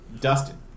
Dustin